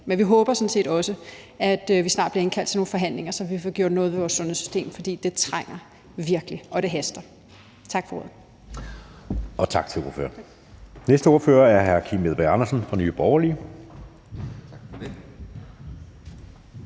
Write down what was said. Men vi håber sådan set også, at vi snart bliver indkaldt til nogle forhandlinger, så vi får gjort noget ved vores sundhedssystem, for det trænger virkelig, og det haster. Tak for ordet. Kl. 11:20 Anden næstformand (Jeppe Søe): Tak til ordføreren. Næste ordfører er hr. Kim Edberg Andersen fra Nye Borgerlige.